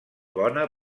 bona